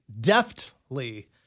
deftly